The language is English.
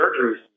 surgeries